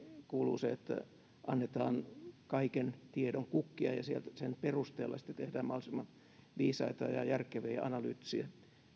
kuuluu se että annetaan kaiken tiedon kukkia ja sen perusteella sitten tehdään mahdollisimman viisaita ja järkeviä ja analyyttisia